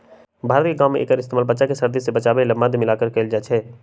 भारत के गाँव में एक्कर इस्तेमाल बच्चा के सर्दी से बचावे ला मध मिलाके कएल जाई छई